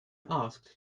asked